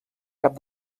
cap